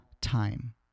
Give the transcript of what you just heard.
time